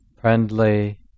friendly